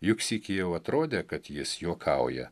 juk sykį jau atrodė kad jis juokauja